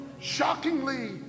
shockingly